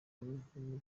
w’amaguru